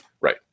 Right